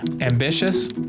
ambitious